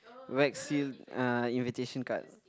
wax seal uh invitation card